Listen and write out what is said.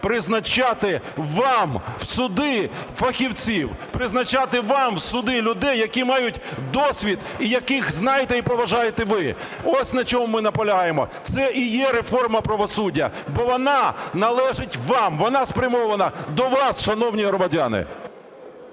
призначати вам у суди фахівців, призначати вам у суди людей, які мають досвід і яких знаєте і поважаєте ви. Ось на чому ми наполягаємо. Це і є реформа правосуддя, бо вона належить вам, вона спрямована до вас, шановні громадяни.